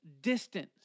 distance